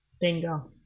Bingo